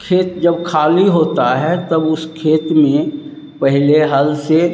खेत जब ख़ाली होता है तब उस खेत में पहले हल से